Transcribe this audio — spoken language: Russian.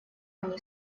они